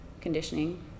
conditioning